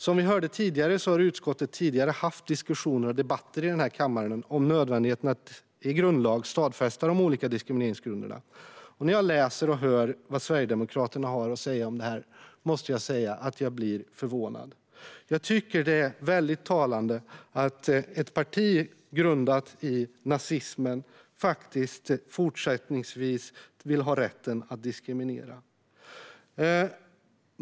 Som vi hörde har utskottet tidigare haft diskussioner och debatter i den här kammaren om nödvändigheten av att i grundlag stadfästa de olika diskrimineringsgrunderna, och när jag läser och hör vad Sverigedemokraterna har att säga om det här måste jag säga att jag blir förvånad. Jag tycker att det är väldigt talande att ett parti grundat i nazismen även fortsättningsvis vill ha rätten att diskriminera.